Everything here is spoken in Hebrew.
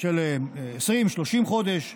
של 20 30 חודש,